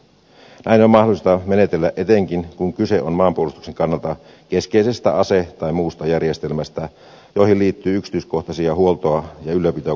näin on mahdollista menetellä etenkin kun kyse on maanpuolustuksen kannalta keskeisestä ase tai muusta järjestelmästä johon liittyy yksityiskohtaisia huoltoa ja ylläpitoa koskevia vaatimuksia